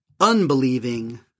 Unbelieving